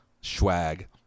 swag